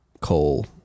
coal